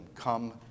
come